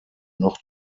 noch